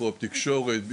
תקשורת,